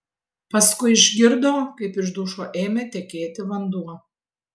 paskui išgirdo kaip iš dušo ėmė tekėti vanduo